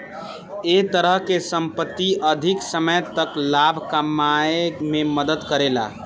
ए तरह के संपत्ति अधिक समय तक लाभ कमाए में मदद करेला